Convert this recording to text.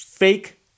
Fake